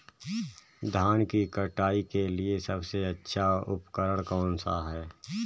धान की कटाई के लिए सबसे अच्छा उपकरण कौन सा है?